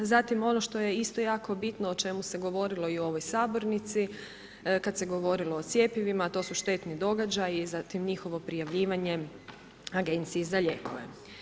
Zatim ono što je isto jako bitno o čemu se govorilo i u ovoj sabornici, kad se govorilo o cjepivima, a to su štetni događaji i zatim njihovo prijavljivanje Agenciji za lijekove.